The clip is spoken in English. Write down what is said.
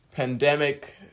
pandemic